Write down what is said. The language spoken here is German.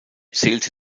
zählte